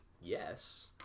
yes